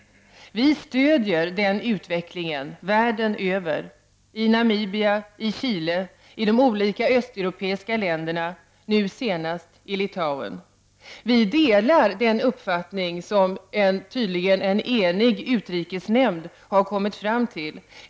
Vi stöder den utvecklingen världen över: i Namibia, i Chile och i de östeuropeiska länderna — senast i Litauen. Vi delar den uppfattning som tydligen en enig utrikesnämnd har kommit fram till.